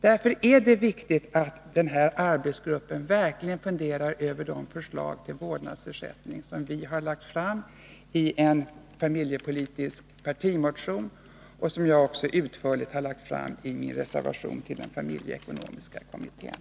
Det är viktigt att arbetsgruppen verkligen funderar över de förslag till vårdnadsersättning som vi har lagt fram i en familjepolitisk partimotion och som jag utförligt utvecklat i min reservation i den familjeekonomiska kommittén.